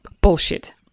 Bullshit